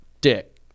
dick